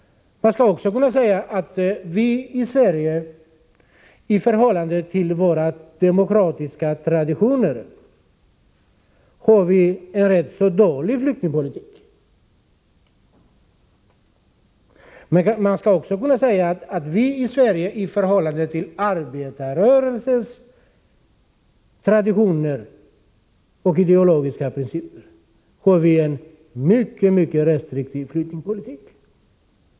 Man kan vidare säga att vi i Sverige i förhållande till våra demokratiska traditioner har en rätt dålig flyktingpolitik. Man kan också säga att vi i Sverige i förhållande till arbetarrörelsens traditioner och ideologiska principer har en mycket restriktiv flyktingpolitik.